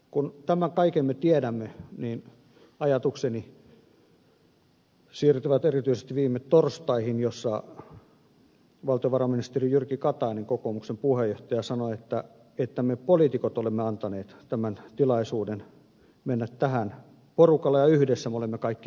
kun tämän kaiken me tiedämme niin ajatukseni siirtyvät erityisesti viime torstaihin jolloin valtiovarainministeri jyrki katainen kokoomuksen puheenjohtaja sanoi että me poliitikot olemme antaneet porukalla tämän tilaisuuden mennä tähän ja yhdessä me olemme kaikki vastuussa